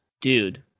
dude